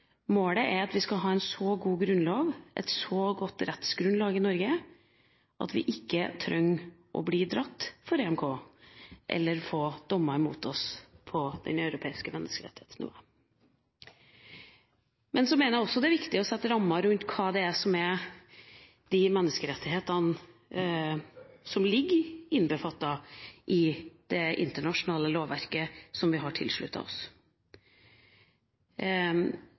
målet er at vi skal ha en så god grunnlov og et så godt rettsgrunnlag i Norge at vi ikke trenger å bli dratt inn knyttet til EMK eller få dommer imot oss på europeisk menneskerettighetsnivå. Men så mener jeg også at det er viktig å sette rammer rundt hva som er de menneskerettighetene som ligger innbefattet i det internasjonale lovverket som vi har tilsluttet oss.